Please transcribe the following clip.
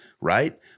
Right